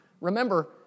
remember